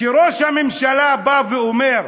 כשראש הממשלה בא ואומר: